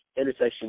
Intersection